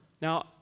Now